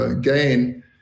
gain